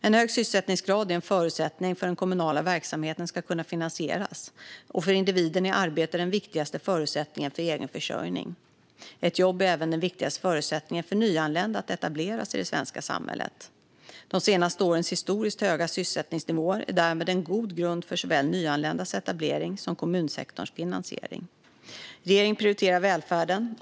En hög sysselsättningsgrad är en förutsättning för att den kommunala verksamheten ska kunna finansieras. För individen är ett arbete den viktigaste förutsättningen för egen försörjning. Ett jobb är även den viktigaste förutsättningen för nyanlända att etableras i det svenska samhället. De senaste årens historiskt höga sysselsättningsnivåer är därmed en god grund för såväl nyanländas etablering som kommunsektorns finansiering. Regeringen prioriterar välfärden.